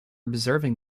observing